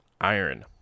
iron